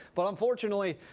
but unfortunatley.